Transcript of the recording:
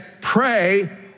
pray